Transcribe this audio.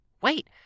Wait